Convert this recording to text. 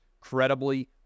credibly